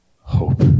hope